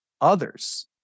others